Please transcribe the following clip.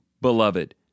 beloved